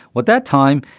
what that time,